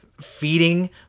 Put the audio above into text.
feeding